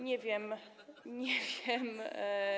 Nie wiem, nie wiem.